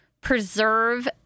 preserve